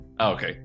okay